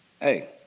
hey